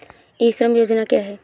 ई श्रम योजना क्या है?